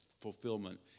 fulfillment